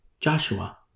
Joshua